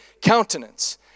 countenance